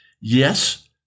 Yes